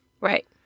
right